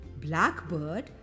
Blackbird